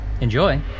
Enjoy